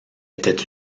étaient